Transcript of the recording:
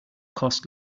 cost